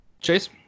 Chase